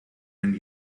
and